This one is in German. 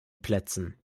plätzen